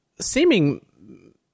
seeming